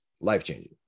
life-changing